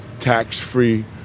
tax-free